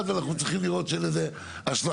ואנחנו צריכים לראות שאין לזה השלכות.